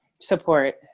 support